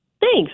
Thanks